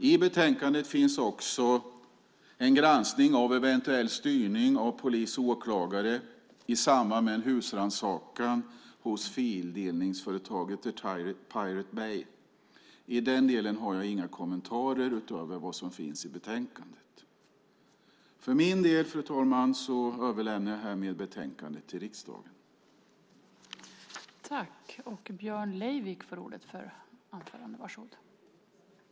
I betänkandet finns också en granskning av eventuell styrning av polis och åklagare i samband med en husrannsakan hos fildelningsföretaget The Pirate Bay. I den delen har jag inga kommentarer utöver vad som finns i betänkandet. För min del, fru talman, överlämnar jag härmed betänkandet till kammaren för debatt.